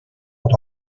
what